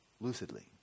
Lucidly